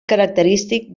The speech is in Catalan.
característic